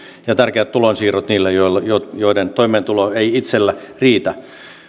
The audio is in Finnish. ja tärkeät tulonsiirrot niille joiden toimeentulo ei itsellä riitä